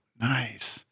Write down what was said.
nice